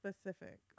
specific